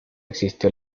existió